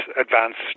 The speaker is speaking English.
advanced